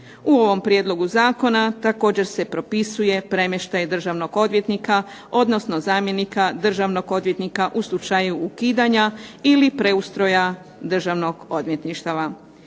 U ovom prijedlogu zakona također se propisuje premještaj državnog odvjetnika odnosno zamjenika državnog odvjetnika u slučaju ukidanja ili preustroja državnog odvjetništva.